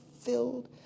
filled